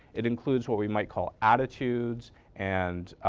it includes what we might call attitudes and